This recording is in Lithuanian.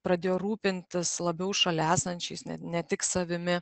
pradėjo rūpintis labiau šalia esančiais ne tik savimi